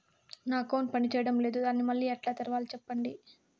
నా అకౌంట్ పనిచేయడం లేదు, దాన్ని మళ్ళీ ఎలా తెరవాలి? సెప్పండి